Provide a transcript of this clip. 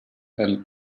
and